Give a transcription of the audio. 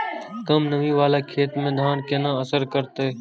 कम नमी वाला खेत में धान केना असर करते?